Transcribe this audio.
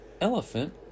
elephant